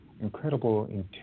incredible